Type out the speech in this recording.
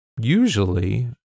Usually